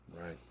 Right